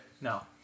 No